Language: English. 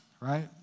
right